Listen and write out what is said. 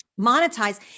Monetize